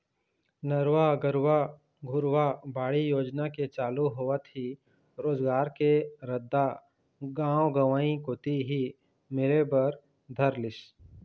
नरूवा, गरूवा, घुरूवा, बाड़ी योजना के चालू होवत ही रोजगार के रद्दा गाँव गंवई कोती ही मिले बर धर लिस